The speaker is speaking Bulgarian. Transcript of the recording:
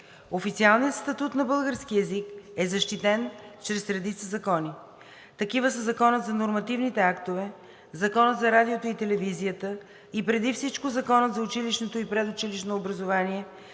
Официалният статут на българския език е защитен чрез редица закони. Такива са Законът за нормативните актове, Законът за радиото и телевизията и преди всичко Законът за училищното и предучилищното образование,